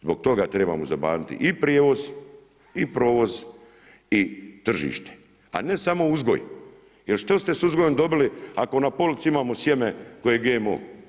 Zbog toga trebamo zabraniti i prijevoz i provoz i tržište, a ne samo uzgoj jer što ste s uzgojem dobili ako na polici imamo sjeme koje je GMO?